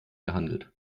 gehandelt